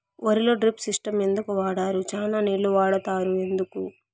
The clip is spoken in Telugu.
వరిలో డ్రిప్ సిస్టం ఎందుకు వాడరు? చానా నీళ్లు వాడుతారు ఎందుకు?